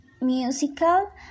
musical